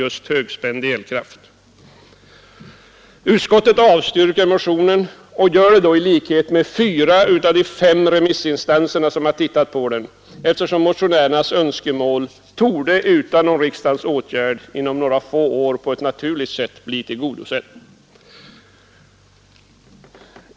Utskottet avstyrker motionen i likhet med fyra av de fem remissinstanserna, eftersom motionärernas önskemål inom några få år utan någon riksdagens åtgärd torde på ett naturligt sätt bli tillgodosett.